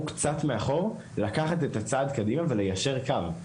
קצת מאחור לקחת צעד קדימה וליישר קו.